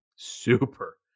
super